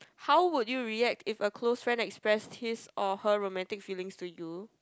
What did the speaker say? how would you react if a close friend express his or her romantic feelings to you